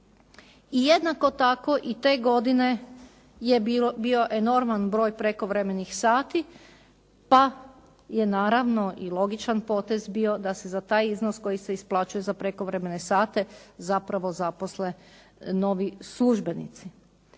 I jednako tako i te godine je bio enorman broj prekovremenih sati, pa je naravno i logičan potez bio da se za taj iznos koji se isplaćuje za prekovremene sate zapravo zaposle novi službenici.